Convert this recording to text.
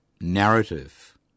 narrative